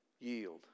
yield